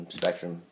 spectrum